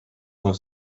con